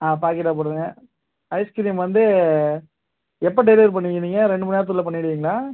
ஆ பாக்கெட்டாக போடுங்க ice cream வந்து எப்போ டெலிவரி பண்ணுவீங்க நீங்கள் ரெண்டு மணி நேரத்துக்குள்ளே பண்ணிடுவீங்களா